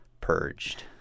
purged